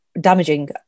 damaging